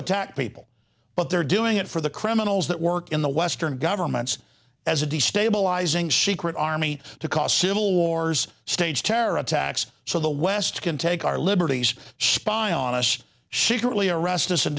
attack people but they're doing it for the criminals that work in the western governments as a destabilizing secret army to cause civil wars states terror attacks so the west can take our liberties spying on us surely a restless and